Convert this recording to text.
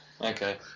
Okay